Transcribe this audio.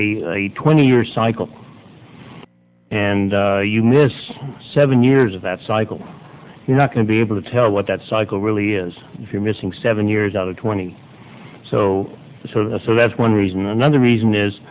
a twenty year cycle and you miss seven years of that cycle you're not going to be able to tell what that cycle really is if you're missing seven years out or twenty so so so that's one reason another reason is